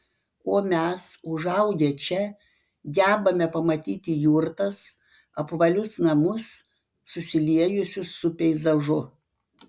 o mes užaugę čia gebame pamatyti jurtas apvalius namus susiliejusius su peizažu